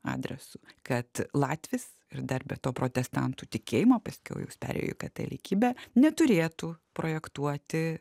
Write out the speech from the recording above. adresu kad latvis ir dar be to protestantų tikėjimo paskiau jau jis perėjo į katalikybę neturėtų projektuoti